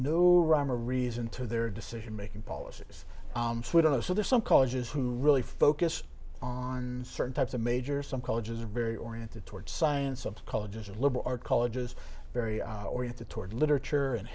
no rhyme or reason to their decision making policies so there's some colleges who really focus on certain types of majors some colleges are very oriented toward science and colleges and liberal arts colleges very oriented toward literature and